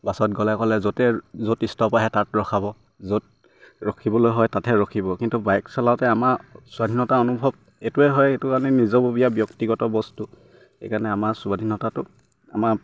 বাছত গ'লে গ'লে য'তে য'ত ষ্টপ আহে তাত ৰখাব য'ত ৰখিবলৈ হয় তাতে ৰখিব কিন্তু বাইক চলাওঁতে আমাৰ স্বাধীনতা অনুভৱ এইটোৱে হয় সেইটো আমি নিজৰববীয়া ব্যক্তিগত বস্তু সেইকাৰণে আমাৰ স্বাধীনতাটো আমাৰ